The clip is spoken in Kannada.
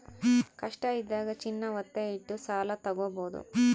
ಕಷ್ಟ ಇದ್ದಾಗ ಚಿನ್ನ ವತ್ತೆ ಇಟ್ಟು ಸಾಲ ತಾಗೊಬೋದು